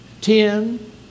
ten